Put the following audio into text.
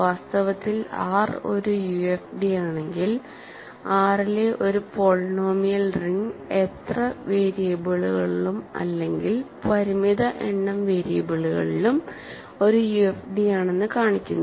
വാസ്തവത്തിൽ R ഒരു യുഎഫ്ഡിയാണെങ്കിൽ R ലെ ഒരു പോളിനോമിയൽ റിംഗ് എത്ര വേരിയബിളുകളിലും അല്ലെങ്കിൽ പരിമിതമായ എണ്ണം വേരിയബിളുകളിലും ഒരു യുഎഫ്ഡിയാണെന്ന് കാണിക്കുന്നു